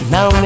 Now